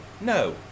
no